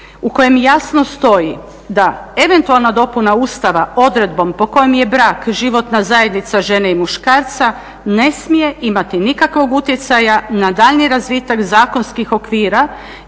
u kojem jasno stoji da eventualna dopuna Ustava odredbom po kojom je brak životna zajednica žene i muškarca ne smije imati nikakvog utjecaja na daljnji razvitak zakonskih okvira